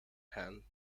han